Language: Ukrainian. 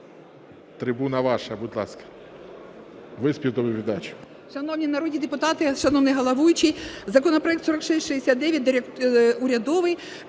трибуна ваша, будь ласка, ви співдоповідач.